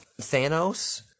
Thanos